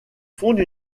fonde